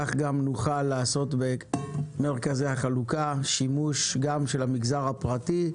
כך גם נוכל לעשות במרכזי החלוקה שימוש גם של המגזר הפרטי,